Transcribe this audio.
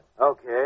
Okay